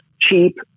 cheap